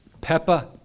Peppa